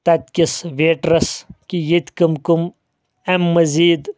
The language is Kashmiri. تتہِ کِس ویٹرس کہِ ییٚتہِ کٔم کٔم امہِ مٔزیٖد